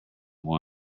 once